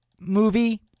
movie